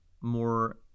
more